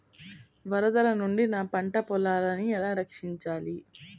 వరదల నుండి నా పంట పొలాలని ఎలా రక్షించాలి?